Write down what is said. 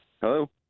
Hello